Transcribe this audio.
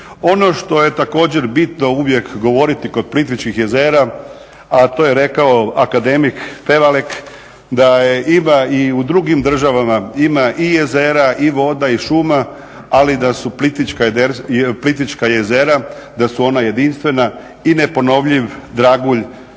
Ono što je također bitno uvijek govoriti kod Plitvičkih jezera, a to je rekao akademik Pevalek, da ima i u drugim državama, ima i jezera, i voda i šuma ali da su Plitvička jezera, da su ona jedinstvena i neponovljiv dragulj